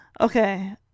okay